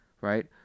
right